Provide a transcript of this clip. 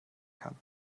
kann